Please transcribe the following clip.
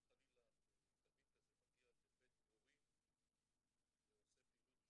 אם חלילה תלמיד כזה מגיע לבית הורים ועושה פעילות,